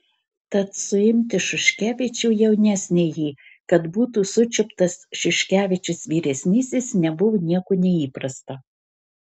tad suimti šuškevičių jaunesnįjį kad būtų sučiuptas šuškevičius vyresnysis nebuvo nieko neįprasta